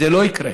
זה לא יקרה.